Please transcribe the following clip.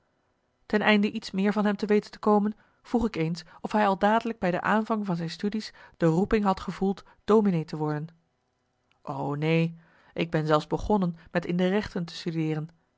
ten einde iets meer van hem te weten te komen vroeg ik eens of hij al dadelijk bij de aanvang van zijn studies de roeping had gevoeld dominee te worden o neen ik ben zelfs begonnen met in de rechten te studeeren